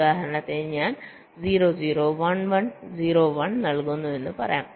ഉദാഹരണത്തിന് ഞാൻ 0 0 1 1 0 1 നൽകുന്നു എന്ന് പറയാം